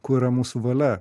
kur yra mūsų valia